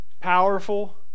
Powerful